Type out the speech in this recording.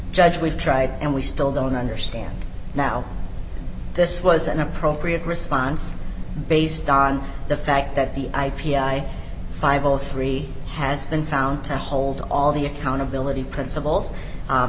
judge we've tried and we still don't understand now this was an appropriate response based on the fact that the i p i five o three has been found to hold all the accountability principles